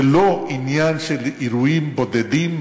זה לא עניין של אירועים בודדים.